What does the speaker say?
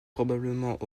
probablement